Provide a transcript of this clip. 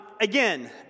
Again